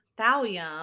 thallium